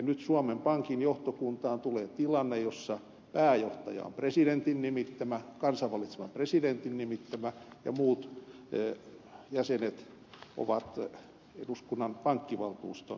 nyt suomen pankin johtokuntaan tulee tilanne jossa pääjohtaja on presidentin nimittämä kansan valitseman presidentin nimittämä ja muut jäsenet ovat eduskunnan pankkivaltuuston nimittämiä